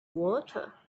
water